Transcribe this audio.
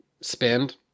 spend